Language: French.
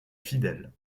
fidèle